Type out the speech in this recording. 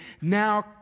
Now